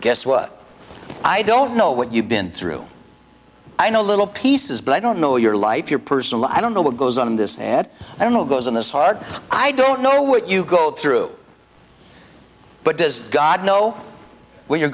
guess what i don't know what you've been through i know little pieces but i don't know your life your personal i don't know what goes on in this and i don't know goes on this hard i don't know what you go through but does god know when you're